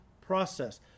process